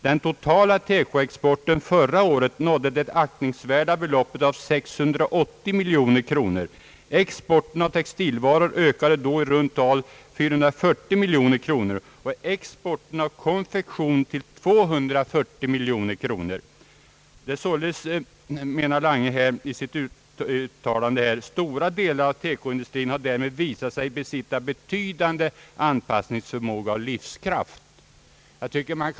Den totala TK-exporten förra året nådde det aktningsvärda beloppet av 680 miljoner kronor. Exporten av textilvaror ökade då i runt tal 440 miljoner kronor, och exporten av konfektion till 240 miljoner kronor.» Herr Lange menar i sitt uttalande att stora delar av TK-industrin därmed har visat sig besitta betydande anpassningsförmåga och livskraft.